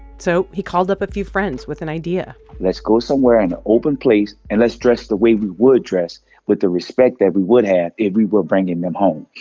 so he called up a few friends with an idea let's go somewhere in an open place, and let's dress the way we would dress with the respect that we would have if we were bringing them home.